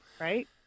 Right